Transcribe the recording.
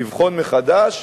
לבחון מחדש,